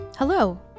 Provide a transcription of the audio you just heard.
Hello